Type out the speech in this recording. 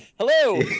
Hello